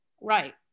Right